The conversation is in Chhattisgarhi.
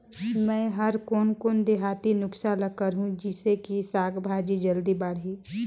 मै हर कोन कोन देहाती नुस्खा ल करहूं? जिसे कि साक भाजी जल्दी बाड़ही?